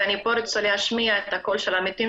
ואני פה רוצה להשמיע את הקול של עמיתים